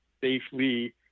safely